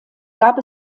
gab